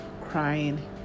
crying